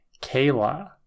Kayla